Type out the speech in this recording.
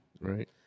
right